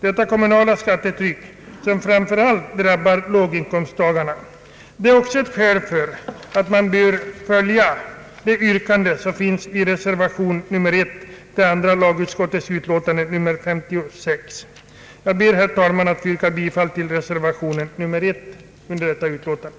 Det kommunala skattetrycket drabbar ju framför allt de låga inkomsttagarna. Det är också ett skäl till att riksdagen bör följa det yrkande, som framförts i reservation I vid andra lagutskottets utlåtande nr 56. Jag ber, herr talman, att få yrka bifall till reservation I vid detta utlåtande.